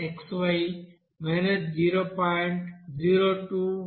02558 కి సమానం